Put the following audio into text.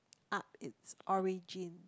up it's origin